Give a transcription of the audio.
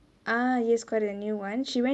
ah yes correct new [one] she went